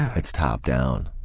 it's top down.